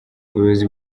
ubuyobozi